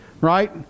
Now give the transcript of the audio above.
right